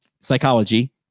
psychology